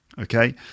okay